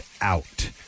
out